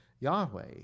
Yahweh